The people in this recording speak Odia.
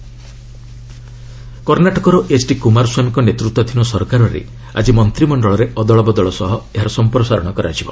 କର୍ଣ୍ଣାଟକ ଏକ୍ସପାନସନ କର୍ଣ୍ଣାଟକର ଏଚ୍ଡିକୁମାରସ୍ୱାମୀଙ୍କ ନେତୃତ୍ୱାଧୀନ ସରକାରରେ ଆଜି ମନ୍ତ୍ରିମଣ୍ଡଳରେ ଅଦଳବଦଳ ସହ ଏହାର ସମ୍ପ୍ରସାରଣ କରାଯିବ